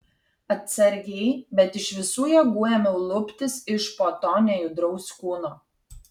atsargiai bet iš visų jėgų ėmiau luptis iš po to nejudraus kūno